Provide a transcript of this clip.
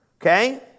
okay